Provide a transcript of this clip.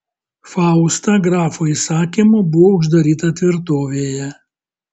fausta grafo įsakymu buvo uždaryta tvirtovėje